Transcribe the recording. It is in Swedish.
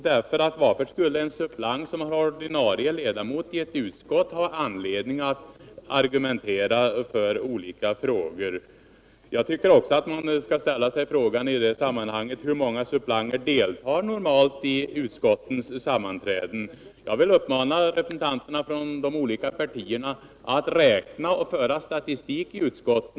Varför skulle en suppleant i ett parti som har en ordinarie ledamot i ett utskott ha anledning att argumentera för olika frågor? Jag tycker också att man i det sammanhanget bör ställa sig frågan: Hur många suppleanter deltar normalt i utskottens sammanträden? Jag vill uppmana representanterna från de olika partierna att räkna dem och föra statistik i utskotten.